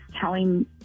telling